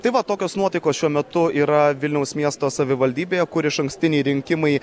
tai va tokios nuotaikos šiuo metu yra vilniaus miesto savivaldybėje kur išankstiniai rinkimai